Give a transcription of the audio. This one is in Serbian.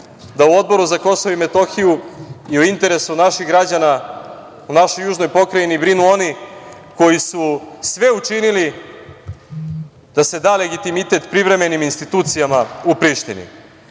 da u Odboru za KiM je u interesu naših građana, u našoj južnoj pokrajini brinu oni koji su sve učinili da se da legitimitet privremenim institucijama u Prištini. Borko